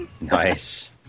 Nice